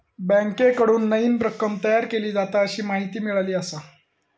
बँकेकडून नईन रक्कम तयार केली जाता, अशी माहिती मिळाली आसा